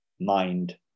mind